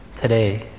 today